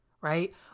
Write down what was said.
Right